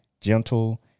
gentle